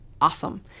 awesome